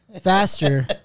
faster